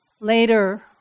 Later